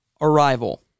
arrival